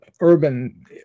urban